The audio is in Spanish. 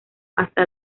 hasta